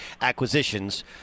acquisitions